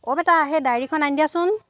অ' বেটা সেই ডায়েৰিখন আনি দিয়াচোন